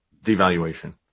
devaluation